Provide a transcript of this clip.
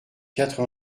quatre